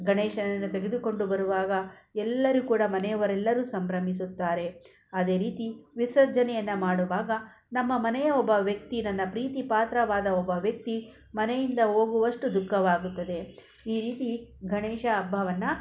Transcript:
ಗಣೇಶನನ್ನು ತೆಗೆದುಕೊಂಡು ಬರುವಾಗ ಎಲ್ಲರೂ ಕೂಡ ಮನೆಯವರೆಲ್ಲರೂ ಸಂಭ್ರಮಿಸುತ್ತಾರೆ ಅದೇ ರೀತಿ ವಿಸರ್ಜನೆಯನ್ನು ಮಾಡುವಾಗ ನಮ್ಮ ಮನೆಯ ಒಬ್ಬ ವ್ಯಕ್ತಿ ನನ್ನ ಪ್ರೀತಿಪಾತ್ರವಾದ ಒಬ್ಬ ವ್ಯಕ್ತಿ ಮನೆಯಿಂದ ಹೋಗುವಷ್ಟು ದುಃಖವಾಗುತ್ತದೆ ಈ ರೀತಿ ಗಣೇಶ ಹಬ್ಬವನ್ನ